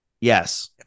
Yes